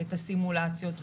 את הסימולציות,